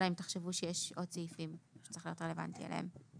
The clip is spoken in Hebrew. אלא אם תחשבו שיש עוד סעיפים שזה צריך להיות רלוונטי אליהם,